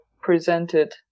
presented